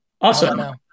Awesome